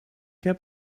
heb